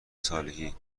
صالحی